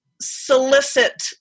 solicit